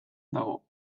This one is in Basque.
dago